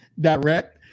Direct